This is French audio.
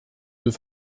deux